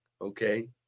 okay